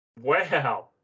Wow